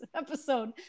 episode